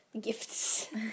Gifts